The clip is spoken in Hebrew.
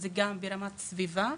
אלא גם ברמת הסביבה.